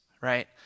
right